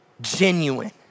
genuine